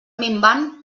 minvant